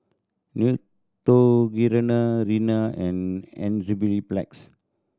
Neutrogena Rene and Enzyplex